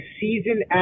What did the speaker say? season